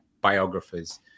biographers